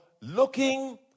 Looking